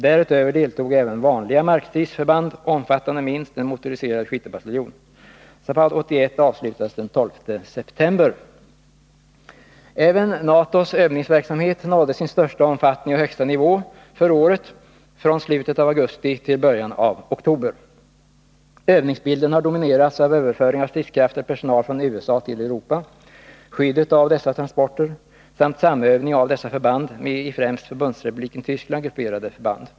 Därutöver deltog även vanliga markstridsförband omfattande minst en motoriserad skyttebataljon. ZAPAD 81 avslutades den 12 september. Även NATO:s övningsverksamhet nådde sin största omfattning och högsta nivå för året från slutet av augusti till början av oktober. Övningsbilden har dominerats av överföring av stridskrafter och personal från USA till Europa, skyddet av dessa transporter samt samövning av dessa förband med i främst Förbundsrepubliken Tyskland grupperade förband.